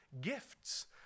Gifts